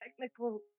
technical